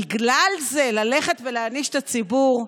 בגלל זה ללכת ולהעניש את הציבור?